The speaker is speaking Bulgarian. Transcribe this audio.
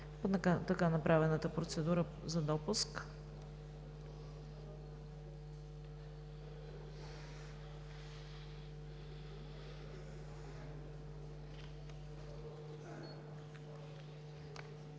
по направената процедура за допуск.